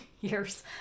years